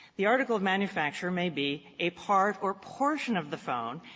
the article of manufacture may be a part or portion of the phone,